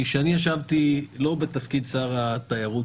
כי כשאני ישבתי לא בתפקיד שר התיירות,